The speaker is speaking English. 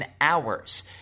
hours